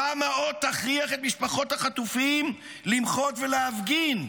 כמה עוד תכריח את משפחות החטופים למחות ולהפגין?